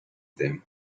them